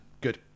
Good